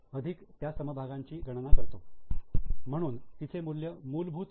अधिक त्या समभागांची गणना करतो म्हणून तिचे मूल्य मूलभूत पी